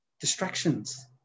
Distractions